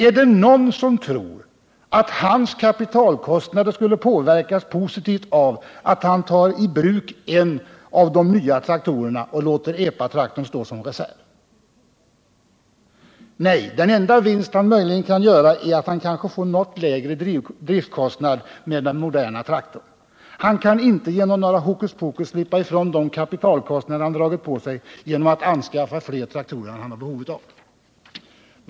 Är det någon som tror att hans kapitalkostnader skulle påverkas positivt av att han tar i bruk en av de nya traktorerna och låter epatraktorn stå som reserv? Nej, den enda vinst han möjligen kan göra är att han kanske får något lägre driftkostnad med den modernare traktorn. Han kan inte genom några hokuspokus slippa ifrån de kapitalkostnader han dragit på sig genom att anskaffa fler traktorer än han har behov av.